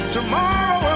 Tomorrow